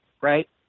right